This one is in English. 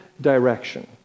direction